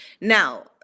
Now